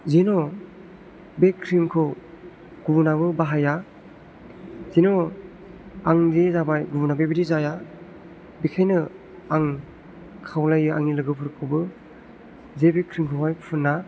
जेन' बे क्रिमखौ गुबुनाबो बाहाया जेन' आं जे जाबाय गुबुना बेबायदि जाया बेखायनो आं खावलायो आंनि लोगोफोरखौबो जे बे क्रिमखौहाय फुना